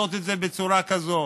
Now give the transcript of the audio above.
אי-אפשר לעשות את זה בצורה כזאת.